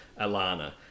Alana